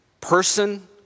person